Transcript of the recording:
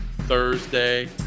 Thursday